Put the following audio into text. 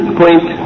point